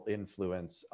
influence